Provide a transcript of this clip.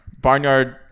barnyard